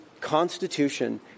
constitution